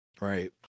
Right